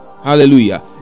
hallelujah